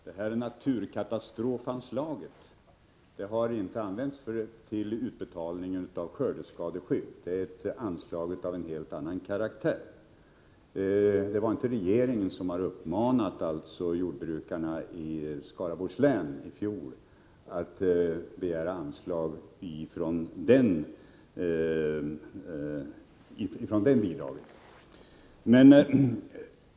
Herr talman! Naturkatastrofanslaget har inte använts för utbetalning av skördeskadeskydd. Det är ett anslag av helt annan karaktär. Det var inte regeringen som i fjol uppmanade jordbrukarna i Skaraborgs län att begära ersättning från detta anslag.